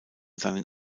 seinen